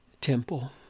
temple